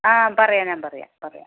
ആ പറയാം ഞാൻ പറയാം പറയാം